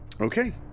Okay